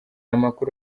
amakuru